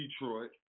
Detroit